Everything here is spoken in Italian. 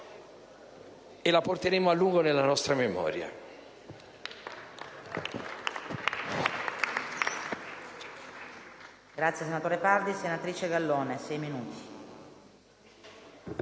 e la porteremo a lungo nella nostra memoria.